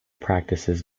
practices